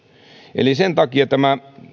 eli sen takia tämä